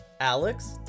Alex